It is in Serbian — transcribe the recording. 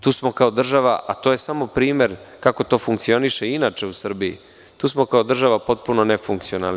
Tu smo kao država, a to je samo primer kako to funkcioniše inače u Srbiji, tu smo kao država potpuno nefunkcionalni.